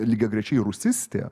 lygiagrečiai rusistė